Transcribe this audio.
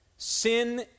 Sin